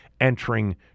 entering